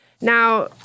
Now